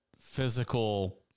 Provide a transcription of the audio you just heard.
physical